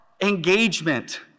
engagement